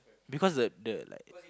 because the the like